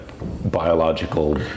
Biological